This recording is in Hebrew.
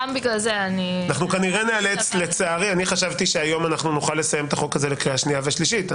אני חשבתי שהיום אנחנו נוכל לסיים את החוק הזה לקריאה השנייה והשלישית.